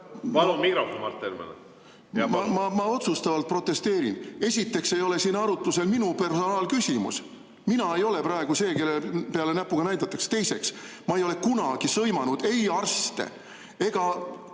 Ma otsustavalt protesteerin. Esiteks ei ole siin arutusel minu personaalküsimus. Mina ei ole praegu see, kelle peale näpuga näidatakse. Teiseks, ma ei ole kunagi sõimanud ei arste ega